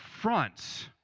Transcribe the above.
fronts